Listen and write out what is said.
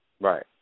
Right